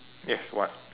yes what